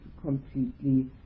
completely